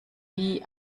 wie